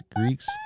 Greeks